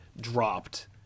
dropped